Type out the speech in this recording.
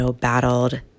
battled